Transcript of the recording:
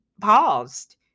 paused